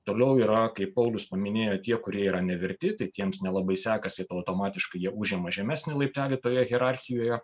toliau yra kaip paulius paminėjo tie kurie yra neverti tai tiems nelabai sekasi automatiškai jie užima žemesnį laiptelį toje hierarchijoje